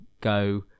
go